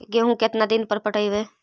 गेहूं केतना दिन पर पटइबै?